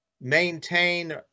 maintain